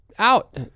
out